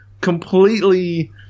completely